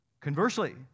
Conversely